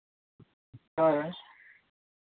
ᱦᱳᱭ